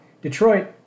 Detroit